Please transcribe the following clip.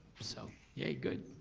so yay good.